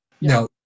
No